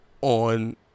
on